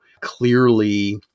clearly